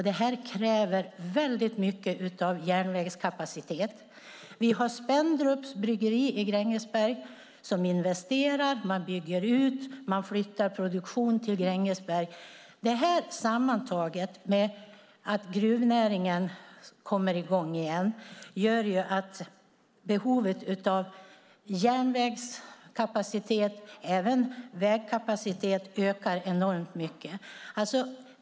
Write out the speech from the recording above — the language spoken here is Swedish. Detta kräver väldigt mycket järnvägskapacitet. Vi har Spendrups bryggeri i Grängesberg som investerar; man bygger ut och flyttar produktion till Grängesberg. Detta sammantaget med att gruvnäringen kommer i gång igen gör att behovet av järnvägskapacitet och även vägkapacitet ökar enormt mycket.